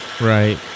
Right